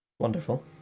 Wonderful